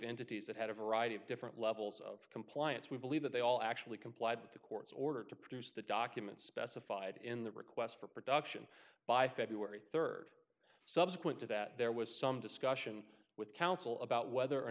entities that had a variety of different levels of compliance we believe that they all actually complied with the court's order to produce the documents specified in the request for production by february third subsequent to that there was some discussion with counsel about whether or